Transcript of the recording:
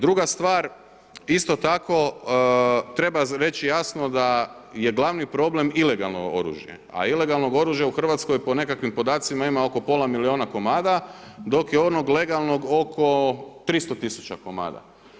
Druga stvar, isto tako treba reći jasno da je glavni problem ilegalno oružje, a ilegalnog oružja u Hrvatskoj po nekakvim podacima ima oko pola milijuna komada, dok je onog legalnog oko 300 tisuća komada.